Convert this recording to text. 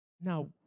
now